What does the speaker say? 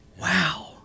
wow